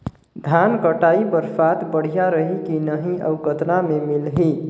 धान कटाई बर साथ बढ़िया रही की नहीं अउ कतना मे मिलही?